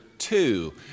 Two